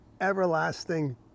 everlasting